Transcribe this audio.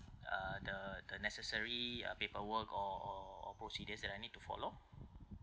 ah the the necessary uh paperwork or or or procedures that I need to follow